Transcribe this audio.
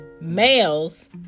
males